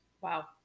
Wow